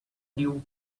knew